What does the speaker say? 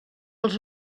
els